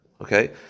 Okay